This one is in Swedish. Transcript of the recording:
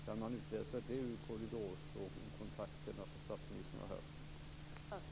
Kan man utläsa det ur korridorskontakterna som statsministern har haft?